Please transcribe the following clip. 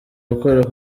gukora